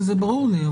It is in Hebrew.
זה ברור לי.